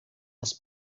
les